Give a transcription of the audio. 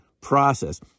process